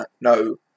no